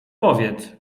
powiedz